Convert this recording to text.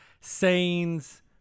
sayings